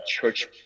church